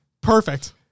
Perfect